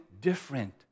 different